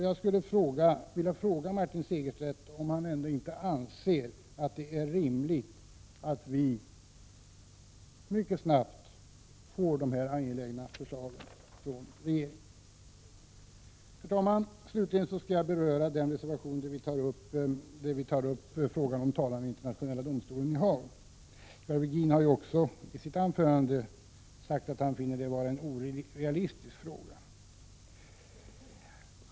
Jag skulle vilja fråga Martin Segerstedt om han ändå inte anser att det är rimligt att vi mycket snabbt får dessa angelägna förslag från regeringen. Herr talman! Slutligen skall jag beröra den reservation där vi tar upp frågan om talan i Internationella domstolen i Haag. Ivar Virgin sade i sitt anförande att han anser att detta är en orealistisk tanke.